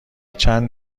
چند